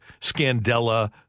Scandella